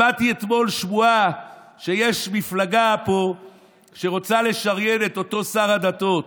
שמעתי אתמול שמועה שיש פה מפלגה שרוצה לשריין את אותו שר הדתות.